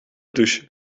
douche